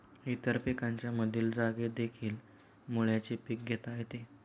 इतर पिकांच्या मधील जागेतदेखील मुळ्याचे पीक घेता येते